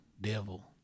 devil